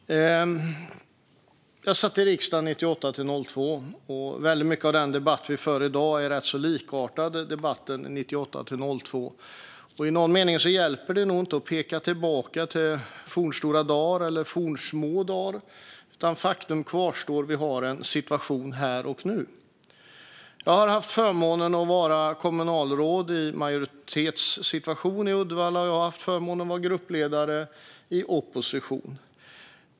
Fru talman! Jag satt i riksdagen 1998-2002, och den debatt vi för i dag är rätt lik debatten då. Det hjälper nog inte att peka tillbaka på fornstora eller fornsmå dagar, för faktum är att vi har en situation här och nu. Jag har haft förmånen att vara kommunalråd i en majoritetssituation i Uddevalla och förmånen att vara gruppledare i opposition.